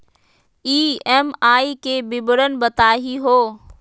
EMI के विवरण बताही हो?